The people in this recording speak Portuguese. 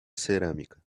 cerâmica